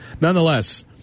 Nonetheless